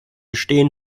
stehen